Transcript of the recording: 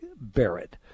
Barrett